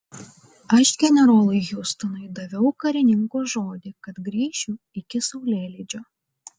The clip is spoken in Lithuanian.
aš generolui hiustonui daviau karininko žodį kad grįšiu iki saulėlydžio